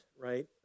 right